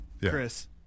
chris